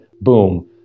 boom